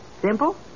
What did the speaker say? Simple